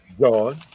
John